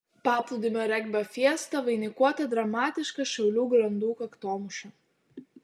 paplūdimio regbio fiesta vainikuota dramatiška šiaulių grandų kaktomuša